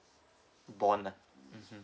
born ah mmhmm